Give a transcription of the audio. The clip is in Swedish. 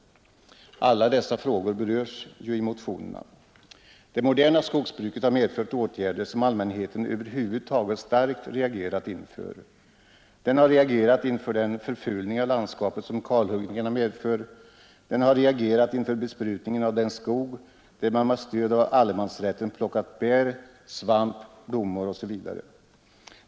Alla dessa frågor berörs ju i motionerna. Det moderna skogsbruket har inneburit åtgärder som allmänheten över huvud taget starkt reagerat inför. Den har reagerat inför den förfulning av landskapet som kalhuggningarna medför, den har reagerat inför besprutningen av den skog där man med stöd av allemansrätten plockat bär, svamp, blommor osv.